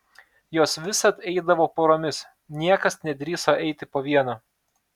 jos visad eidavo poromis niekas nedrįso eiti po vieną